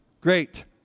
Great